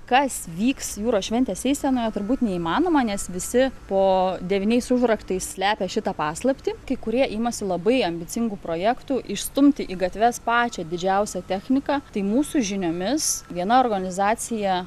kas vyks jūros šventės eisenoje turbūt neįmanoma nes visi po devyniais užraktais slepia šitą paslaptį kai kurie imasi labai ambicingų projektų išstumti į gatves pačią didžiausią techniką tai mūsų žiniomis viena organizacija